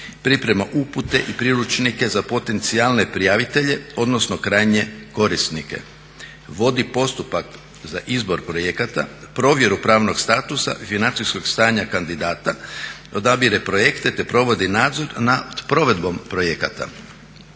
Priprema upute i priručnike za potencijalne prijavitelje odnosno krajnje korisnike. Vodi postupak za izbor projekata, provjeru pravnog statusa financijskog stanja kandidata. Odabire projekte te provodi nadzor nad provedbom projekata.